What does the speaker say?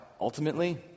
ultimately